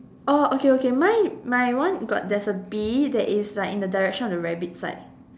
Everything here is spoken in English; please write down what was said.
oh okay okay my my one got there's a bee that is like in the direction of the rabbit side